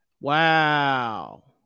wow